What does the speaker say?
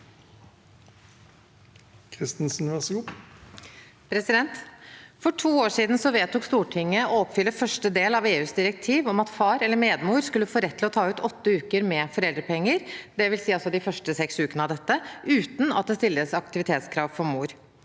For to år siden vedtok Stortinget å oppfylle første del av EUs direktiv om at far eller medmor skal ha rett til å ta ut åtte uker med foreldrepenger, dvs. de første seks ukene av dette, uten at det stilles aktivitetskrav for mor.